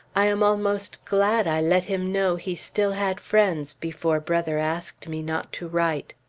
i am almost glad i let him know he still had friends before brother asked me not to write.